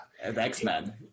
X-Men